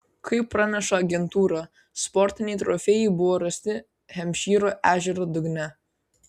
kaip praneša agentūra sportiniai trofėjai buvo rasti hempšyro ežero dugne